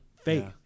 faith